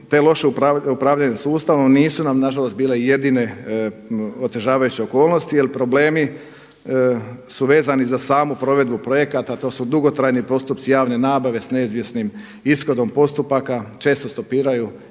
te loše upravljanje sustavom nisu nam nažalost bile jedine otežavajuće okolnosti jel problemi su vezani za samu provedbu projekata, to su dugotrajni postupci javne nabave s neizvjesnim ishodom postupaka, često stopiraju ili